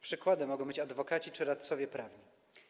Przykładem mogą być tu adwokaci czy radcowie prawni.